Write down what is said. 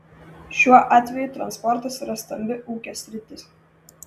šiuo atveju transportas yra stambi ūkio sritis